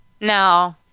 No